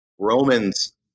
Roman's